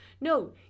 no